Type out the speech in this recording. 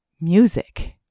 music